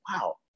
wow